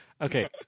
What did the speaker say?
Okay